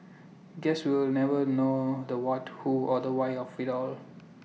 guess we'll never know the what who or the why of IT all